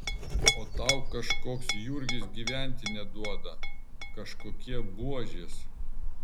o tau kažkoks jurgis gyventi neduoda kažkokie buožės